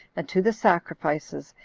and to the sacrifices,